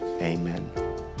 Amen